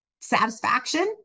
satisfaction